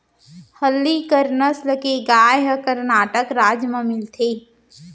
हल्लीकर नसल के गाय ह करनाटक राज म मिलथे